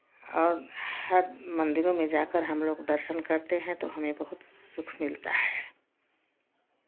और हर मन्दिरों में जाकर हमलोग दर्शन करते हैं तो हमें बहुत सुख मिलता है